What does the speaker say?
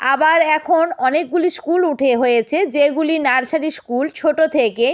আবার এখন অনেকগুলি স্কুল উঠে হয়েছে যেগুলি নার্সারি স্কুল ছোটো থেকে